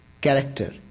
character